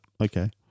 okay